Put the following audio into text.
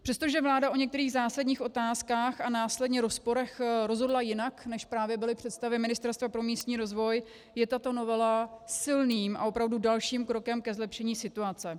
Přestože vláda o některých zásadních otázkách a následně rozporech rozhodla jinak, než právě byly představy Ministerstva pro místní rozvoj, je tato novela silným a opravdu dalším krokem ke zlepšení situace.